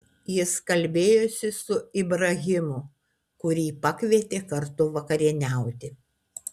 jis kalbėjosi su ibrahimu kurį pakvietė kartu vakarieniauti